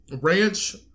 ranch